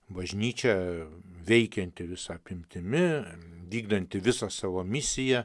bažnyčia veikianti visa apimtimi vykdanti visą savo misiją